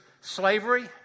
slavery